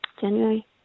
January